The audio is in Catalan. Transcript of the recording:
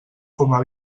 coma